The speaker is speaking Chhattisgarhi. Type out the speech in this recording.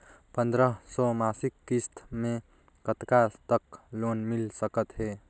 पंद्रह सौ मासिक किस्त मे कतका तक लोन मिल सकत हे?